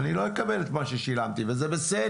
ואני לא אקבל את מה ששילמתי, וזה בסדר.